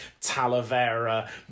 Talavera